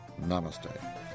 Namaste